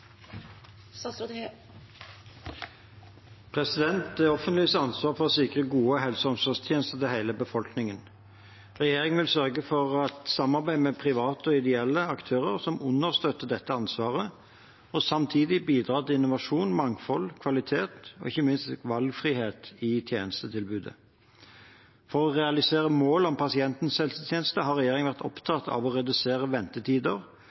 det offentliges ansvar å sikre gode helse- og omsorgstjenester til hele befolkningen. Regjeringen vil sørge for et samarbeid med private og ideelle aktører som understøtter dette ansvaret og samtidig bidrar til innovasjon, mangfold, kvalitet og ikke minst valgfrihet i tjenestetilbudet. For å realisere målet om pasientens helsetjeneste har regjeringen vært